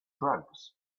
drugs